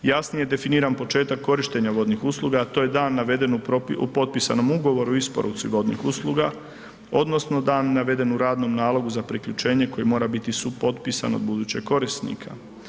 Jasnije definiran početak korištenja vodnih usluga a to je da navedenu u potpisanom ugovoru u isporuci vodnih usluga, odnosno da navedenu u radnom nalogu za priključenje koji mora biti supotpisan od budućeg korisnika.